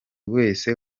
wese